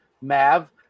Mav